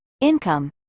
income